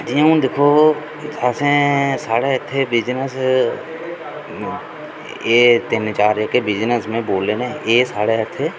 जि'यां हून दिक्खो असें साढ़े इत्थै बिजनेस एह् तिन्न चार जेह्के बिजनेस में बोल्ले न एह् साढ़े इत्थै